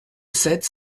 sept